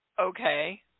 Okay